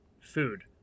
food